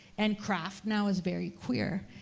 and craft now is very queer.